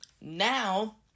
now